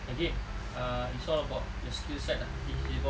again uh it's all about the skill set ah if we got